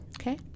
Okay